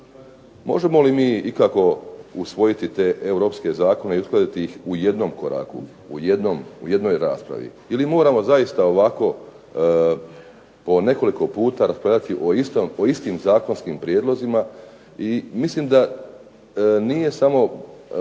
Možemo li mi ikako usvojiti te europske zakone i uskladiti ih u jednom koraku, u jednoj raspravi, ili moramo zaista ovako po nekoliko puta raspravljati o istim zakonskim prijedlozima i mislim da nije samo,